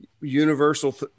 universal